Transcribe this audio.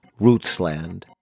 Rootsland